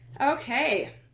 Okay